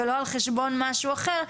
ולא על חשבון משהו אחר,